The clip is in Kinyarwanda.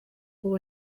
ubu